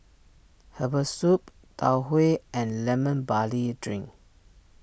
Herbal Soup Tau Huay and Lemon Barley Drink